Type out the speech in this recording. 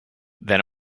then